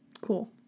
Cool